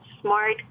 smart